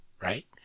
Right